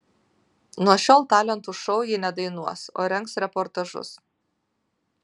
nuo šiol talentų šou ji nedainuos o rengs reportažus